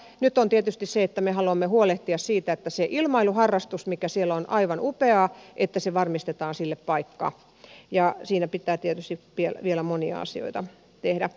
mutta nyt on tietysti se että me haluamme huolehtia siitä että sille ilmailuharrastukselle mikä siellä on aivan upeaa varmistetaan paikka ja siinä pitää tietysti vielä monia asioita tehdä